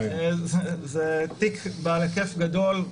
זה תיק בעל היקף גדול,